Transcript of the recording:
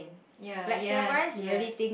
ya yes yes